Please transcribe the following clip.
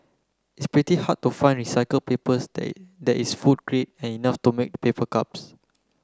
and it's pretty hard to find recycle paper day that is food grade and enough to make paper cups